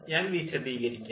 ഞാൻ വിശദീകരിക്കാം